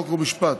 חוק ומשפט,